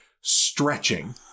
stretching